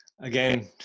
Again